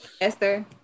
Esther